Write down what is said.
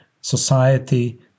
society